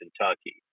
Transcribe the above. Kentucky